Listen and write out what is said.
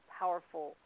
powerful